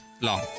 long